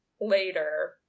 later